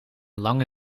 lange